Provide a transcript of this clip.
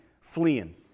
fleeing